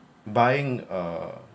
buying a